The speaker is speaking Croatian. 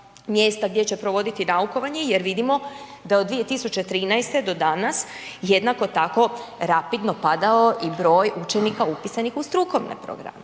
mjesta gdje će provoditi naukovanje jer vidimo da od 2013. do danas jednako tako rapidno padao i broj učenika upisanih u strukovne programe.